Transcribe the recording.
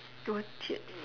don't cheat